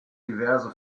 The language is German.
diverse